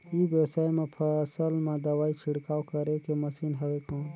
ई व्यवसाय म फसल मा दवाई छिड़काव करे के मशीन हवय कौन?